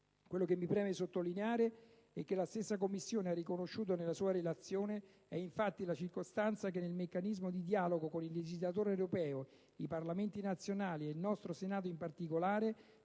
Quello che mi preme sottolineare, e che la stessa Commissione ha riconosciuto nella sua relazione, è infatti la circostanza che, nel meccanismo di dialogo con il legislatore europeo, i Parlamenti nazionali, ed il nostro Senato in particolare,